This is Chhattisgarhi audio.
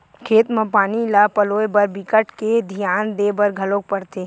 खेत म पानी ल पलोए बर बिकट के धियान देबर घलोक परथे